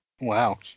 Wow